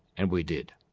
and we did.